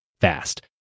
fast